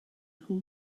nhw